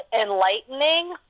enlightening